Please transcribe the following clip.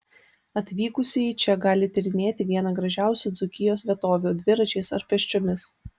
atvykusieji čia gali tyrinėti vieną gražiausių dzūkijos vietovių dviračiais ar pėsčiomis